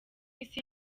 isi